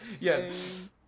yes